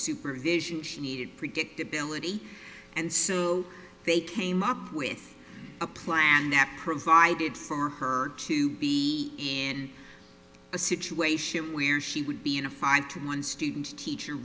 supervision she needed predictability and so they came up with a plan that provided for her to be in a situation where she would be in a five to one student teacher